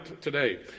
today